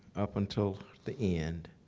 up until the end,